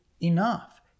enough